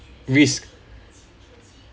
wrist